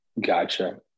gotcha